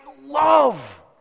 love